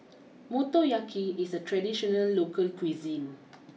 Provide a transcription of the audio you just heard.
Motoyaki is a traditional local cuisine